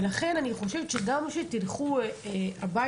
ולכן אני חושבת שגם כשתלכו הביתה,